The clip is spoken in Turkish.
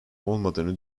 olmadığını